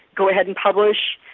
go ahead and publish,